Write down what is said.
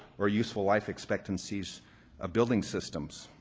or useful life expectancies of building systems.